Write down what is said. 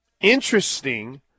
Interesting